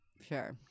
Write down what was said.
Sure